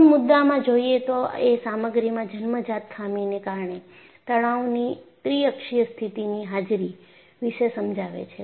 પ્રથમ મુદ્દામાં જોઈએ તો એ સામગ્રીમાં જન્મજાત ખામીને કારણે તણાવની ત્રિઅક્ષીય સ્થિતિની હાજરી વિશે સમજાવે છે